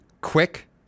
quick